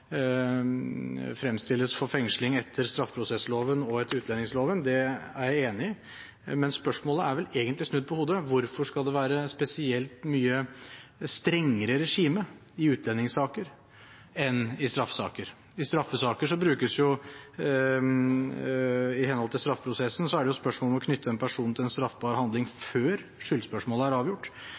fengsling etter utlendingsloven. Det er jeg enig i, men spørsmålet er vel egentlig snudd på hodet: Hvorfor skal det være spesielt mye strengere regime i utlendingssaker enn i straffesaker? I henhold til straffeprosessloven er det spørsmål om å knytte en person til en straffbar handling før skyldspørsmålet er avgjort,